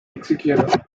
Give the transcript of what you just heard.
executive